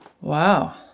Wow